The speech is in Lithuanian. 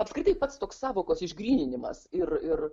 apskritai pats toks sąvokos išgryninimas ir ir